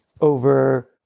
over